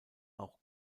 auch